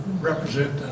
represent